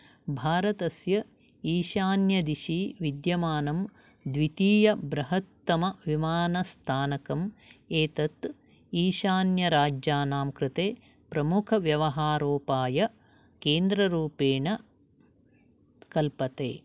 भारतस्य ईशान्यदिशि विद्यमानं द्वितीयबृहत्तमविमानस्थानकम् एतत् ईशान्यराज्यानां कृते प्रमुखव्यवहारोपायकेन्द्ररूपेण कल्पते